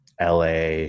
LA